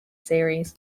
series